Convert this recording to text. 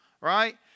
right